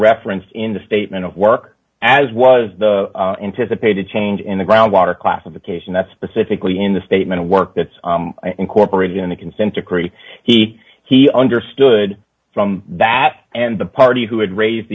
referenced in the statement of work as was the anticipated change in the groundwater classification that specifically in the statement of work that's incorporated in the consent decree he he understood from that and the party who had raise